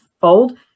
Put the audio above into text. fold